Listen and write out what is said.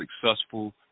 successful